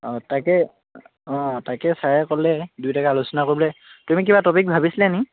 অঁ তাকে অঁ তাকে ছাৰে ক'লে দুইটাকে আলোচনা কৰিবলৈ তুমি কিবা টপিক ভাবিছিলানি